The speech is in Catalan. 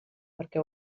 perquè